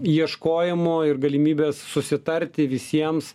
ieškojimų ir galimybės susitarti visiems